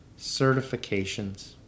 Certifications